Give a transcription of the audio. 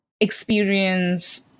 experience